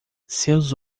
seus